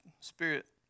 spirit